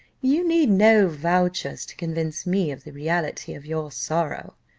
you need no vouchers to convince me of the reality of your sorrow.